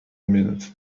minute